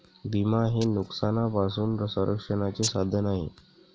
विमा हे नुकसानापासून संरक्षणाचे साधन आहे